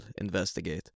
investigate